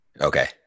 okay